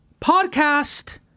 podcast